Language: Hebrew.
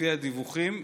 לפי הדיווחים,